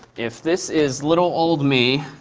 if this is little old me